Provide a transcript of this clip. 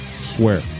Swear